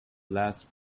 last